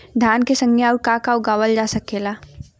धान के संगे आऊर का का उगावल जा सकेला?